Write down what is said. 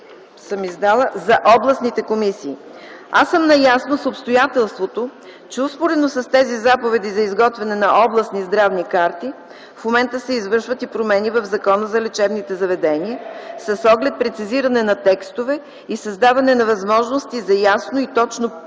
съм издала за областните комисии. Аз съм наясно с обстоятелството, че успоредно с тези заповеди за изготвяне на областни здравни карти, в момента се извършват и промени в Закона за лечебните заведения с оглед прецизиране на текстове и създаване на възможности за ясно и точно процедиране